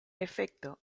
efecto